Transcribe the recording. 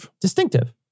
distinctive